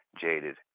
jaded